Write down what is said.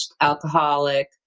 alcoholic